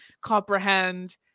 comprehend